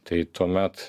tai tuomet